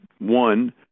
One